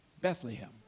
Bethlehem